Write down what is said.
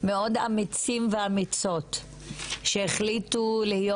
מאוד אמיצים ואמיצות שהחליטו להיות